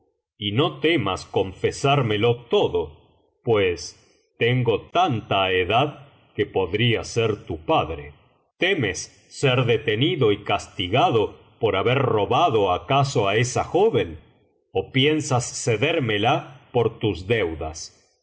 y no temas confesármelo todo pues tengo tanta edad que podría ser tu padre temes ser detenido y castigado por haber robado acaso á esa joven ó piensas cedérmela por tus deudas